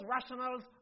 rationals